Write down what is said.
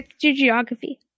geography